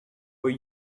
were